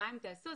מה אתן תעשו?